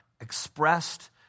expressed